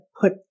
put